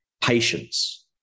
patience